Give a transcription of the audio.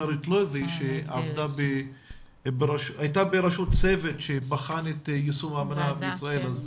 רוטלוי שהייתה בראשות צוות שבחן את יישום האמנה בישראל.